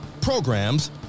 programs